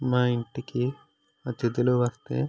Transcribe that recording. మా ఇంటికి అతిథులు వస్తే